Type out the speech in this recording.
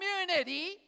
community